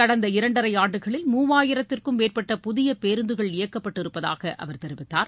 கடந்த இரண்டரை ஆண்டுகளில் மூவாயிரத்திற்கும் மேற்பட்ட புதிய பேருந்துகள் இயக்கப்பட்டிருப்பதாக அவர் தெரிவித்தார்